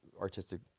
artistic